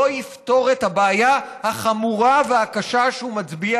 לא יפתור את הבעיה החמורה והקשה שהוא מצביע